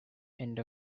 end